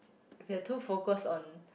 they're too focused on